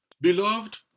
Beloved